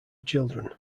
children